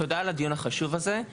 תודה על הדיון החשוב הזה.